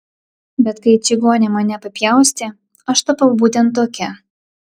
bet kai čigonė mane apipjaustė aš tapau būtent tokia